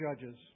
judges